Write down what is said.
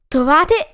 Trovate